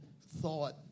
thought